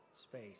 space